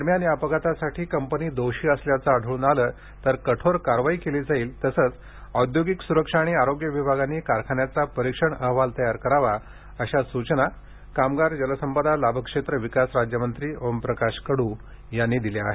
दरम्यान या अपघातासाठी कंपनी दोषी असल्याचं आढळून आल्यास कठोर कारवाई केली जाईल तसच औद्योगिक सुरक्षा आणि आरोग्य विभागांनी कारखान्याचा परिक्षण अहवाल तयार करावा अशा सुचना कामगार जलसंपदा लाभक्षेत्र विकास राज्यमंत्री ओमप्रकाश कडू यांनी दिल्या आहेत